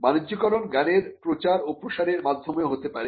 বাণিজ্যকরণ জ্ঞানের প্রচার ও প্রসারের মাধ্যমেও হতে পারে